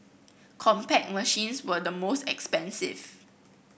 Compaq machines were the most expensive